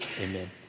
Amen